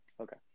Okay